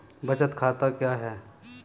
बचत बैंक खाता क्या है?